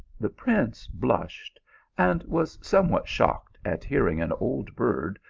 the prince blushed and was somewhat shocked at hearing an old bird,